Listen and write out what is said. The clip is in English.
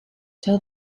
tell